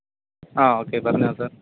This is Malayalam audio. ആ ഓക്കെ പറഞ്ഞോ സാർ